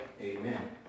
Amen